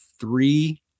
three